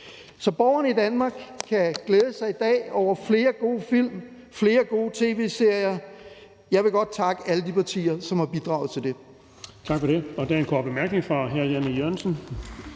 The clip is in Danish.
Så borgerne i Danmark kan i dag glæde sig over flere gode film, flere gode tv-serier. Jeg vil godt takke alle de partier, som har bidraget til det.